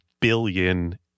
billion